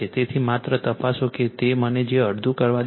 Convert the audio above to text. તેથી માત્ર તપાસો કે તે મને તે અડધુ કરવા દેશે